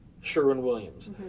Sherwin-Williams